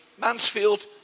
Mansfield